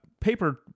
paper